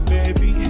Baby